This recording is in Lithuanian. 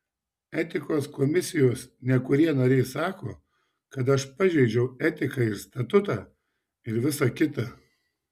etikos komisijos nekurie nariai sako kad aš pažeidžiau etiką ir statutą ir visa kita